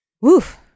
Woof